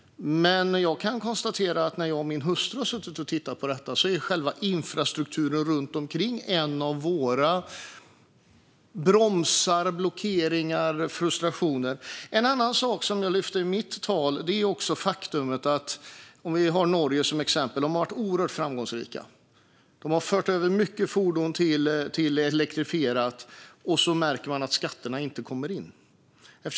Men när jag och min hustru har tittat på detta har själva infrastrukturen runt omkring varit en av våra bromsar, blockeringar och frustrationer. Låt mig återkomma till en annan sak som jag tog upp i mitt tal. I till exempel Norge har man varit oerhört framgångsrik, och andelen elektrifierade fordon har ökat kraftigt, och så märker man att skatterna inte kommer in.